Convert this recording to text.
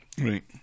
Right